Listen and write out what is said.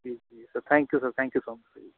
ਜੀ ਜੀ sir thank you sir thank you so much ਜੀ